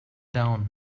down